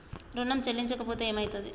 ఋణం చెల్లించకపోతే ఏమయితది?